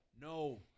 No